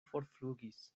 forflugis